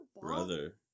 Brother